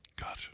God